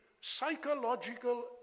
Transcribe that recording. psychological